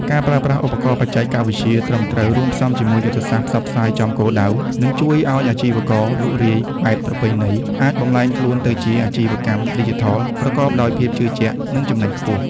ការប្រើប្រាស់ ឧបករណ៍បច្ចេកវិទ្យា ត្រឹមត្រូវ រួមផ្សំជាមួយយុទ្ធសាស្ត្រ ផ្សព្វផ្សាយចំគោលដៅ នឹងជួយឱ្យអាជីវករលក់រាយបែបប្រពៃណីអាចបំប្លែងខ្លួនទៅជា អាជីវកម្មឌីជីថល ប្រកបដោយភាពជឿជាក់ និងចំណេញខ្ពស់។